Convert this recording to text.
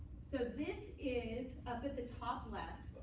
so this is, up at the top left,